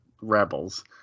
rebels